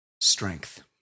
strength